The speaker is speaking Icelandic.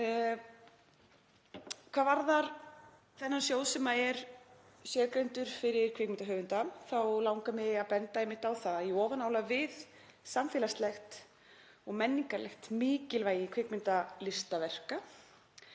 Hvað varðar þennan sjóð sem er sérgreindur fyrir kvikmyndahöfunda þá langar mig að benda á það að í ofanálag við samfélagslegt og menningarlegt mikilvægi kvikmyndalistaverka